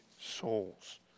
souls